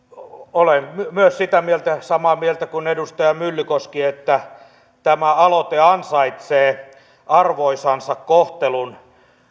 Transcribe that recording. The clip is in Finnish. olen myös sitä mieltä samaa mieltä kuin edustaja myllykoski että tämä aloite ansaitsee arvoisensa kohtelun